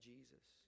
Jesus